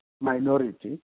minority